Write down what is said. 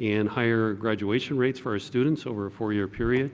and higher graduation rates for ah students over a four year period.